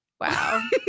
wow